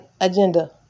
agenda